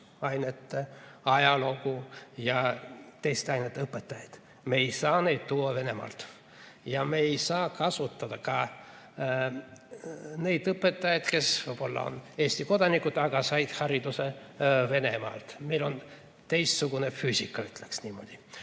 loodusainete, ajaloo ja teiste ainete õpetajaid. Me ei saa neid tuua Venemaalt. Ja me ei saa kasutada ka neid õpetajaid, kes võib-olla on Eesti kodanikud, aga saanud hariduse Venemaal. Meil on teistsugune füüsika, ütleksin niimoodi.